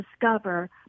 discover